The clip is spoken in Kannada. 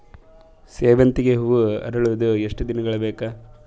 ಸೇವಂತಿಗೆ ಹೂವು ಅರಳುವುದು ಎಷ್ಟು ದಿನಗಳು ಬೇಕು?